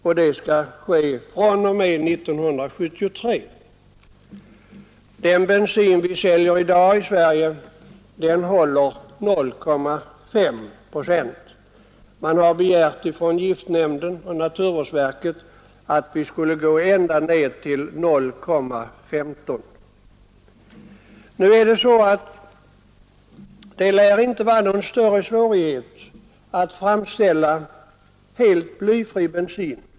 I den bensin som säljs i dag i Sverige är blyhalten 0,5, men giftnämnden och naturvårdsverket har begärt att vi skall gå ned ända till 0,15. Nu lär det inte vara någon större svårighet att framställa helt blyfri bensin.